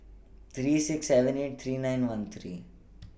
three six seven eight three nine one three